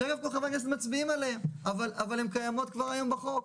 שחברי הכנסת מצביעים עליהן אבל הן קיימות כבר היום בחוק,